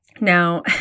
Now